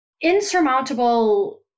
insurmountable